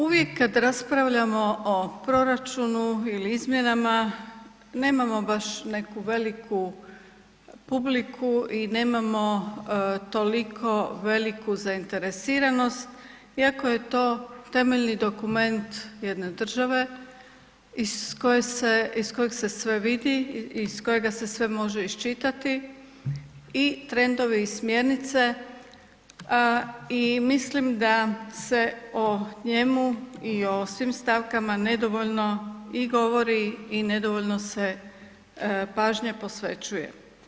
Uvijek kad raspravljamo o proračunu ili izmjenama, nemamo baš neku veliku publiku i nemamo toliko veliku zainteresiranost iako je to temeljni dokument jedne države iz koje se, iz kojeg se sve vidi i iz kojega se sve može iščitati i trendove i smjernice, a i mislim da se o njemu i o svim stavkama nedovoljno i govori i nedovoljno se pažnje posvećuje.